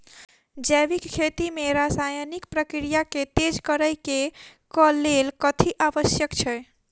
जैविक खेती मे रासायनिक प्रक्रिया केँ तेज करै केँ कऽ लेल कथी आवश्यक छै?